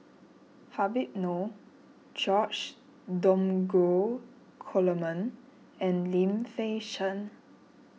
Habib Noh George Dromgold Coleman and Lim Fei Shen